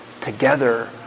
together